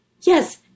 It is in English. yes